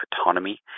autonomy